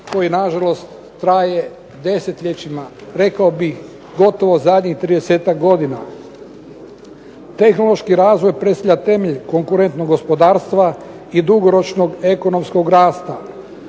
koji nažalost traje desetljećima. Rekao bih gotovo zadnjih 30-ak godina. Tehnološki razvoj predstavlja temelj konkurentnog gospodarstva i dugoročnog ekonomskog rasta.